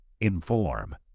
inform